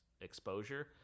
exposure